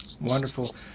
Wonderful